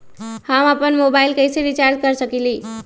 हम अपन मोबाइल कैसे रिचार्ज कर सकेली?